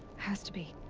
has to be.